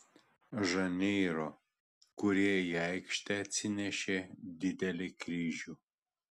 žaneiro kurie į aikštę atsinešė didelį kryžių